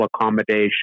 accommodation